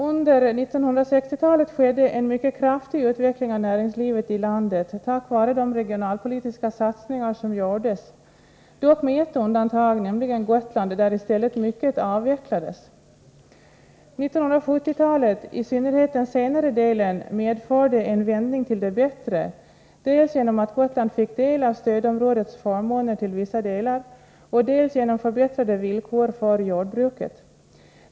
Under 1960-talet skedde, tack vare de regionalpolitiska satsningar som gjordes, en mycket kraftig utveckling av näringslivet i landet, dock med ett undantag, nämligen Gotland, där i stället mycket avvecklades. 1970-talet — i synnerhet den senare delen — medförde en vändning till det bättre, dels genom att Gotland till vissa delar fick åtnjuta stödområdets förmåner, dels genom att villkoren för jordbruket förbättrades.